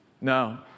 No